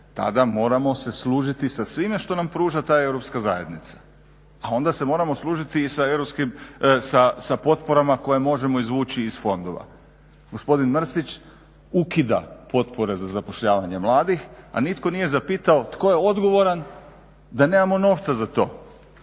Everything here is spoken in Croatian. Tada moramo se služiti sa svime što nam pruža ta europska zajednica. A onda se moramo služiti i sa potporama koje možemo izvući iz fondova. Gospodin Mrsić ukida potpore za zapošljavanje mladih, a nitko nije zapitao tko je odgovoran da nemamo novca za to?